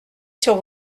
sur